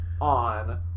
on